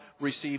receive